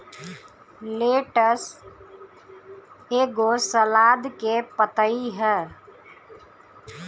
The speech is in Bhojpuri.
लेट्स एगो सलाद के पतइ ह